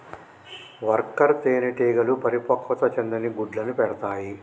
worker తేనెటీగలు పరిపక్వత చెందని గుడ్లను పెడతాయి